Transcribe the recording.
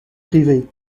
privée